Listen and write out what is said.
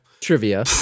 Trivia